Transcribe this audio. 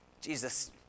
Jesus